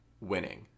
winning